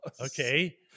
Okay